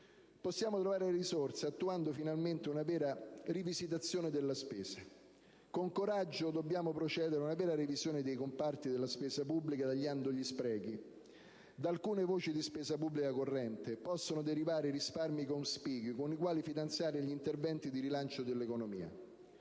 Possiamo trovare le risorse attuando finalmente una vera rivisitazione della spesa. Con coraggio, dobbiamo procedere a una vera revisione dei comparti della spesa pubblica, tagliando gli sprechi. Da alcune voci di spesa pubblica corrente possono derivare risparmi cospicui con i quali finanziare gli interventi di rilancio dell'economia.